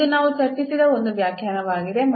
ಇದು ನಾವು ಚರ್ಚಿಸಿದ ಒಂದು ವ್ಯಾಖ್ಯಾನವಾಗಿದೆ